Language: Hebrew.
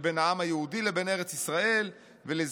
שבין העם היהודי לבין ארץ ישראל ולזכות